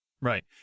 Right